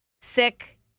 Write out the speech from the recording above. sick